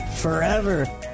Forever